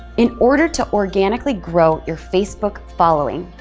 in order to organically grow your facebook following,